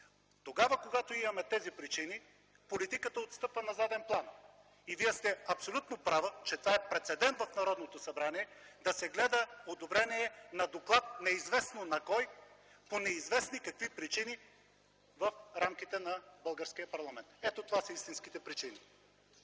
Тогава, когато има тези причини, политиката отстъпва на заден план. И Вие сте абсолютно права, че това е прецедент в Народното събрание – да се гледа одобрение на доклад неизвестно на кой по неизвестно какви причини в рамките на българския парламент. Ето това са истинските причини.